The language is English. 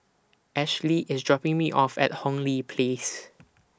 Ashlea IS dropping Me off At Hong Lee Place